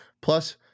plus